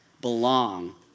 belong